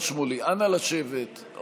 נא לשבת.